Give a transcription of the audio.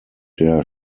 der